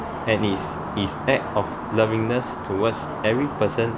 and is is act of loving towards every person